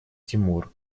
тимур